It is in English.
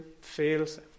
fails